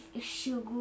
sugar